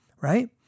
Right